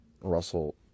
Russell